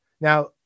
Now